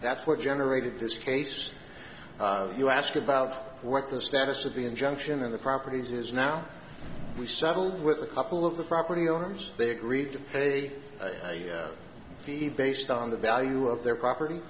that's what generated this case you asked about what the status of the injunction in the properties is now we've settled with a couple of the property owners they agreed to pay a fee based on the value of their property